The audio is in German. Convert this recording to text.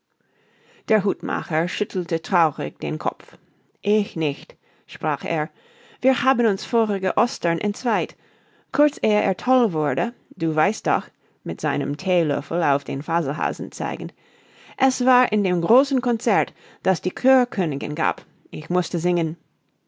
der hutmacher schüttelte traurig den kopf ich nicht sprach er wir haben uns vorige ostern entzweit kurz ehe er toll wurde du weißt doch mit seinem theelöffel auf den faselhasen zeigend es war in dem großen concert das die coeur königin gab ich mußte singen